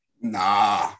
Nah